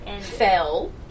fell